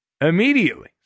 immediately